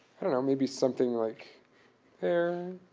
i don't know, maybe something like here